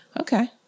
Okay